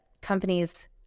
companies